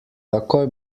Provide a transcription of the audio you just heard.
takoj